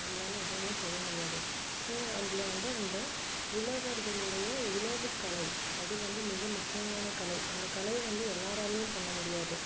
நம்மளால எதுவும் செய்ய முடியாது ஸோ அதில் வந்து அந்த உழவர்களுடைய உழவுக்கலை அது வந்து மிக முக்கியமான கலை அந்த கலை வந்து எல்லாராலேயும் பண்ண முடியாது